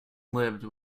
lived